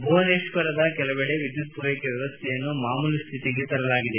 ಭುವನೇತ್ವರದ ಕೆಲವೆಡೆ ವಿದ್ಯುತ್ ಪೂರೈಕೆ ವ್ಲವಸ್ಥೆಯನ್ನು ಮಾಮೂಲು ಸ್ವಿತಿಗೆ ತರಲಾಗಿದೆ